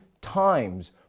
times